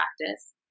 practice